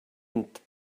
and